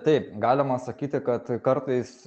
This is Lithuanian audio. taip galima sakyti kad kartais